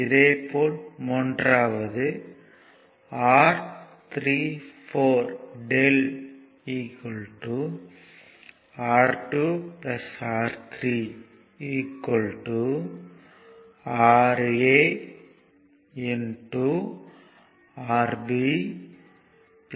இதே போல்மூன்றாவது R34 Δ R2 R3 Ra Rb RcRa Rb Rc 2